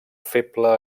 feble